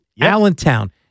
Allentown